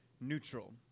neutral